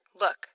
Look